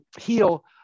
heal